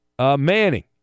Manning